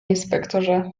inspektorze